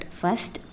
first